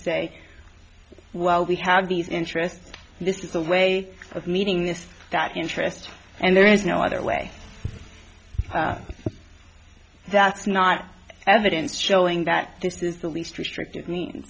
say well we have these interests and this is a way of meeting this that interest and there is no other way that's not evidence showing that this is the least restrictive means